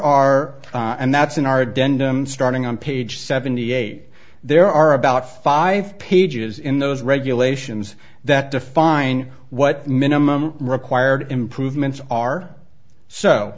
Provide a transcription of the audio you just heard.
that's in our denim starting on page seventy eight there are about five pages in those regulations that define what minimum required improvements are so